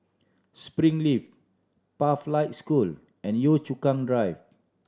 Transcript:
Springleaf Pathlight School and Yio Chu Kang Drive